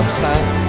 time